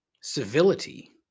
civility